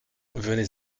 venez